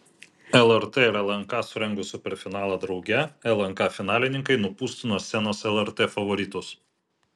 lrt ir lnk surengus superfinalą drauge lnk finalininkai nupūstų nuo scenos lrt favoritus